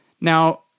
Now